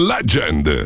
Legend